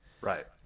Right